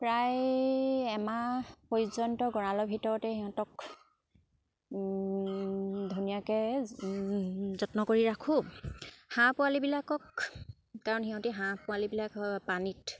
প্ৰায় এমাহ পৰ্যন্ত গঁড়ালৰ ভিতৰতে সিহঁতক ধুনীয়াকে যত্ন কৰি ৰাখোঁ হাঁহ পোৱালিবিলাকক কাৰণ সিহঁতে হাঁহ পোৱালিবিলাক পানীত